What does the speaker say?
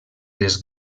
les